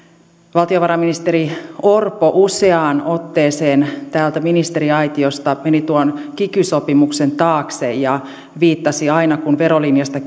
valtiovarainministeri orpo useaan otteeseen täältä ministeriaitiosta meni tuon kiky sopimuksen taakse ja viittasi aina kun verolinjasta